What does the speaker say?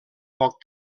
poc